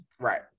right